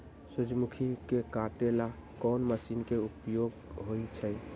सूर्यमुखी के काटे ला कोंन मशीन के उपयोग होई छइ?